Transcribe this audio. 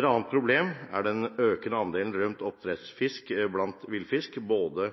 Et annet problem er at den økende andelen rømt oppdrettsfisk blant villfisk både